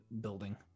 building